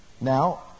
Now